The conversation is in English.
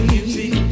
music